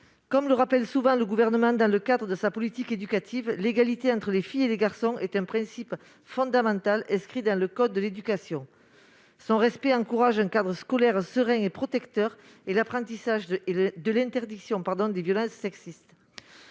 Comme le rappelle souvent le Gouvernement dans le cadre de sa politique éducative, l'égalité entre les filles et les garçons est un principe fondamental inscrit dans le code de l'éducation. Son respect encourage un cadre scolaire serein et protecteur et l'apprentissage de l'interdiction des violences sexistes.